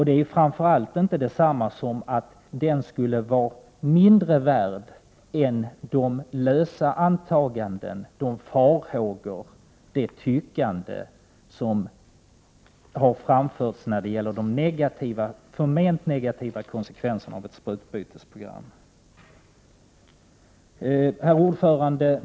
Den skulle alltså inte vara mindre värd än de lösa antaganden och de farhågor som tycks ha framförts när det gäller de förment negativa konsekvenserna av ett sprututbytesprogram. Herr talman!